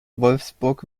wolfsburg